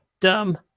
Dumb